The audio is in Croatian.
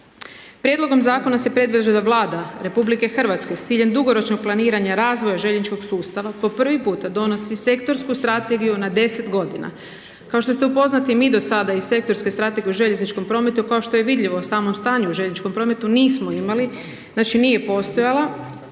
Prijedlogom zakona se predlaže da Vlada RH s ciljem dugoročnog planiranja razvoja željezničkog sustava po prvi puta donosi sektorsku strategiju na 10 godina. Kao što ste upoznati mi do sada iz sektorske strategije u željezničkom prometu kao što je vidljivo u samom stanju u željezničkom prometu nismo imali, znači nije postojala,